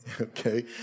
okay